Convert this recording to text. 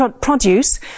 produce